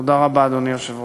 תודה רבה, אדוני היושב-ראש.